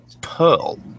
pearl